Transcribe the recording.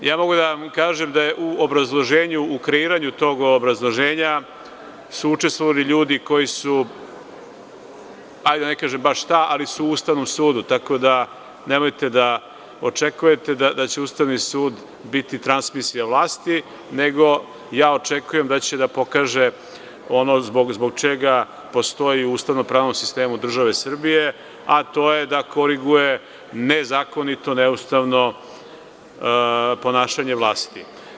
Mogu da vam kažem da je u obrazloženju, u kreiranju tog obrazloženja, učestvovali su ljudi koji su, da ne kažem baš šta, ali su u Ustavnom sudu, tako da, nemojte da očekujete da će Ustavni sud biti transmisija vlasti, nego očekujem da će da pokaže ono zbog čega postoji ustavno u pravnom sistemu države Srbije, a to je da koriguje nezakonito, neustavno ponašanje vlasti.